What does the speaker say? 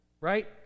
Right